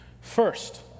First